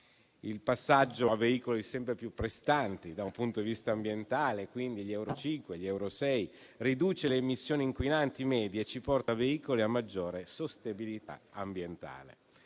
Il passaggio a veicoli sempre più prestanti dal punto di vista ambientale (gli euro 5 e gli euro 6) riduce le emissioni inquinanti medie e ci porta a veicoli a maggiore sostenibilità ambientale.